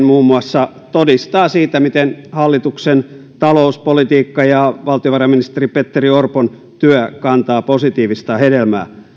muun muassa verotulolisäyksineen todistaa siitä miten hallituksen talouspolitiikka ja valtiovarainministeri petteri orpon työ kantavat positiivista hedelmää